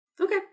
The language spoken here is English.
Okay